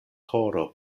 horo